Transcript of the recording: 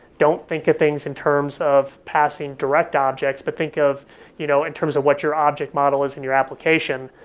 don't think of things in terms of passing direct objects, but think of you know in terms of what your object model is and your application.